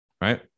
right